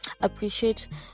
Appreciate